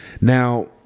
Now